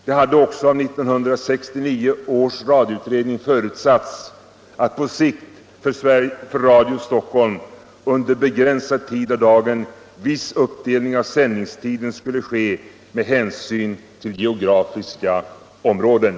Det hade också av 1969 års radioutredning förutsatts att på sikt för Radio Stockholm —- under begränsad tid av dagen — viss uppdelning av sändningstiden skulle ske med hänsyn till geografiska områden.